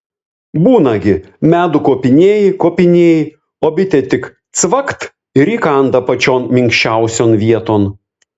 būna gi medų kopinėji kopinėji o bitė tik cvakt ir įkanda pačion minkščiausion vieton